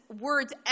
words